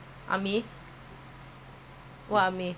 cannot